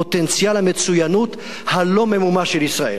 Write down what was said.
פוטנציאל המצוינות הלא-ממומש של ישראל",